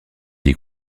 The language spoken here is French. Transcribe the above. des